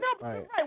right